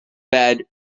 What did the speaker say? bed